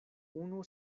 unu